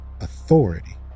authority